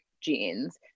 Jeans